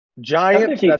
Giants